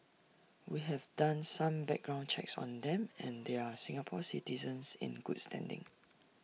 we have done some background checks on them and they are Singapore citizens in good standing